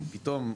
פתאום.